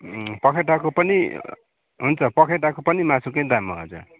पखेटाको पनि हुन्छ पखेटाको पनि मासुकै दाममा हजुर